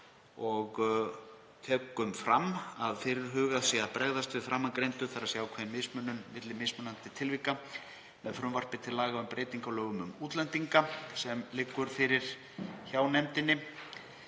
og tökum fram að fyrirhugað sé að bregðast við framangreindu, þ.e. ákveðinni mismunun milli mismunandi tilvika, með frumvarpi til laga um breytingu á lögum um útlendinga sem liggur fyrir hjá nefndinni.